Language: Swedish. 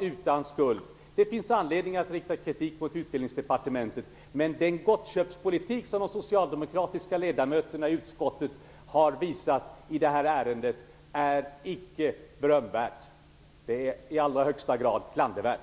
utan skuld i detta fall. Det finns anledning att rikta kritik mot Utbildningsdepartementet, men den gottköpspolitik som de socialdemokratiska ledamöterna i utskottet har visat i detta ärende är icke berömvärd. Den är i allra högsta grad klandervärd.